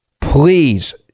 Please